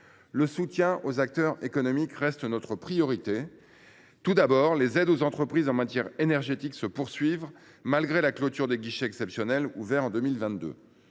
Le soutien aux acteurs économiques reste notre priorité. Tout d’abord, des aides aux entreprises en matière énergétique se poursuivent, malgré la clôture des guichets exceptionnels ouverts en 2022.